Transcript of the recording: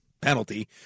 penalty